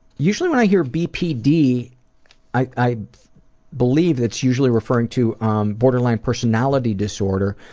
usually when i hear bpd i believe it's usually referring to um borderline personality disorder,